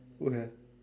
okay